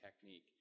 technique